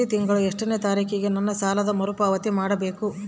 ಪ್ರತಿ ತಿಂಗಳು ಎಷ್ಟನೇ ತಾರೇಕಿಗೆ ನನ್ನ ಸಾಲದ ಮರುಪಾವತಿ ಮಾಡಬೇಕು?